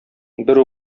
бер